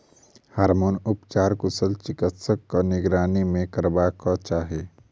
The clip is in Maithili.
हार्मोन उपचार कुशल चिकित्सकक निगरानी मे करयबाक चाही